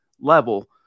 level